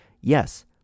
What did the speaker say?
Yes